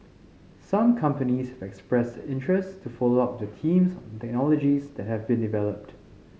some companies expressed interest to follow up with the teams on the technologies that have been developed